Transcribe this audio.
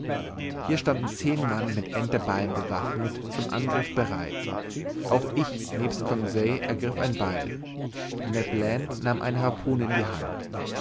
hier standen zehn mann mit enterbeilen bewaffnet zum angriff bereit auch ich nebst conseil ergriff ein beil ned land nahm eine harpune in die hand